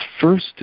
First